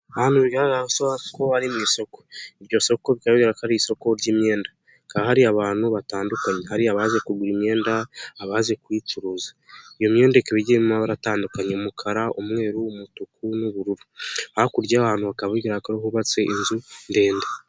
Isoko ry'imyenda hari abantu batandukanye, hari abaje kugura imyenda abaje kuyicuruza iyo myend ikaba ibigiye irimo amabara atandukanye umukara ,umweru, umutuku, n'ubururu. Hakurya yaho hakaba hari kubakwa inzu ndende y'igorofa.